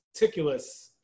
meticulous